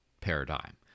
paradigm